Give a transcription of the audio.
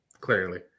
clearly